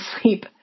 sleep